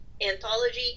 anthology